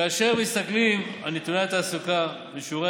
כאשר מסתכלים על נתוני התעסוקה ושיעורי